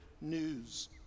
news